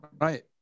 Right